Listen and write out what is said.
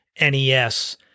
NES